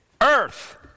Earth